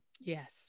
Yes